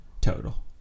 total